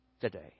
today